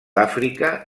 àfrica